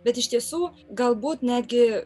bet iš tiesų galbūt netgi